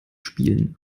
spielen